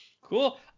Cool